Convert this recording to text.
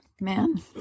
man